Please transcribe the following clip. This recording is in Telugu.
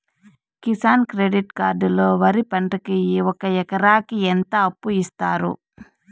కిసాన్ క్రెడిట్ కార్డు లో వరి పంటకి ఒక ఎకరాకి ఎంత అప్పు ఇస్తారు?